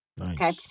Okay